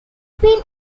been